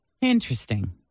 Interesting